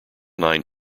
nine